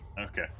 Okay